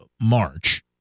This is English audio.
march